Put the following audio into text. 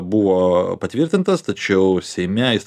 buvo patvirtintas tačiau seime jis